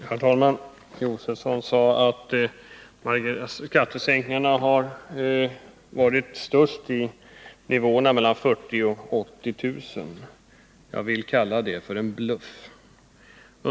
Herr talman! Stig Josefson sade att skattesänkningarna varit störst för inkomster mellan 40 000 och 80 000 kr. Jag vill kalla det en bluff.